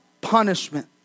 punishment